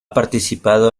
participado